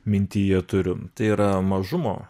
mintyje turiu tai yra mažumo